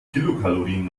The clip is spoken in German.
kilokalorien